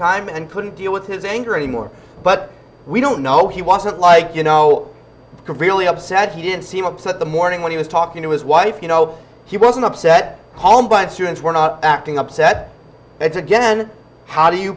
time and couldn't deal with his anger anymore but we don't know he wasn't like you know really upset he didn't seem upset the morning when he was talking to his wife you know he wasn't upset home but students were not acting upset it's again how do you